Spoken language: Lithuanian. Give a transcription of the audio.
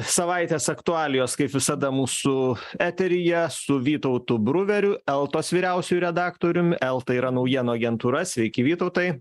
savaitės aktualijos kaip visada mūsų eteryje su vytautu bruveriu eltos vyriausiuoju redaktorium elta yra naujienų agentūra sveiki vytautai